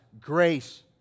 grace